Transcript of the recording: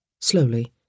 slowly